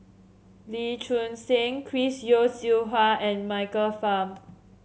Lee Choon Seng Chris Yeo Siew Hua and Michael Fam